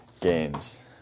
games